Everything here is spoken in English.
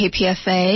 KPFA